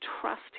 trust